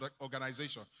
Organization